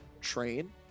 train